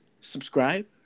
subscribe